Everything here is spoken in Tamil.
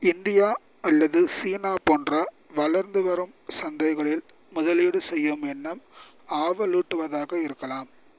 இந்தியா அல்லது சீனா போன்ற வளர்ந்து வரும் சந்தைகளில் முதலீடு செய்யும் எண்ணம் ஆவலூட்டுவதாக இருக்கலாம்